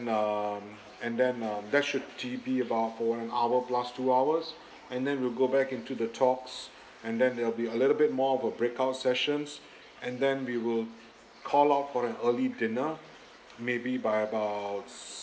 um and then um that should g~ be about for an hour plus two hours and then we'll go back into the talks and then there'll be a little bit more of a breakout sessions and then we will call out for an early dinner maybe by about